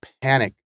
panic